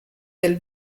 del